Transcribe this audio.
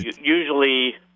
Usually